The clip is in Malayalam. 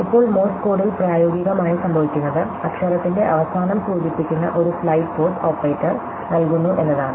ഇപ്പോൾ മോഴ്സ് കോഡിൽ പ്രായോഗികമായി സംഭവിക്കുന്നത് അക്ഷരത്തിന്റെ അവസാനം സൂചിപ്പിക്കുന്ന ഒരു സ്ലൈഡ് പോസ് ഓപ്പറേറ്റർ നൽകുന്നു എന്നതാണ്